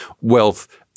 wealth